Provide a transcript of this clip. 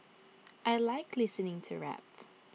I Like listening to rap